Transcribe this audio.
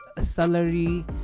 salary